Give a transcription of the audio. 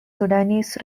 sudanese